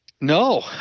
No